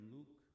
Luke